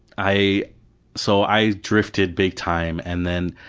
i so i drifted big time. and then.